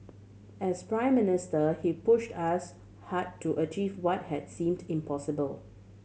as Prime Minister he pushed us hard to achieve what had seemed impossible